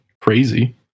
crazy